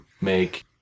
make